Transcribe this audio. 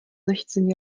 sechzehn